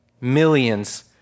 Millions